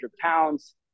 pounds